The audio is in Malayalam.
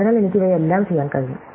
അതിനാൽ എനിക്ക് ഇവയെല്ലാം ചെയ്യാൻ കഴിയും